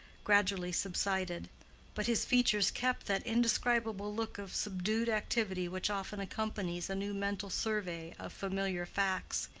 gradually subsided but his features kept that indescribable look of subdued activity which often accompanies a new mental survey of familiar facts.